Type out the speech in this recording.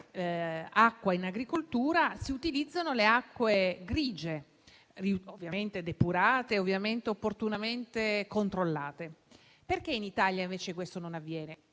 invece, si utilizzano le acque grigie, ovviamente depurate e opportunamente controllate. Perché in Italia, invece, questo non avviene?